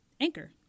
Anchor